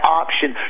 option